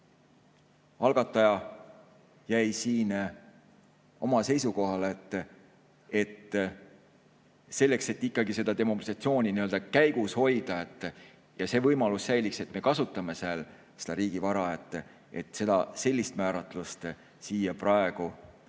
ja algataja jäi siin oma seisukohale, et selleks, et demobilisatsiooni ikkagi käigus hoida ja see võimalus säiliks, siis me kasutame seal riigi vara, et sellist määratlust siia praegu ei